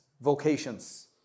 vocations